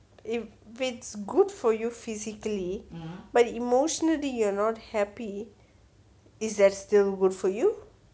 if it's good for you physically but emotionally you are not happy is that still good for you